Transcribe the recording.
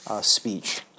speech